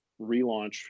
relaunch